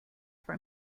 for